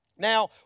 Now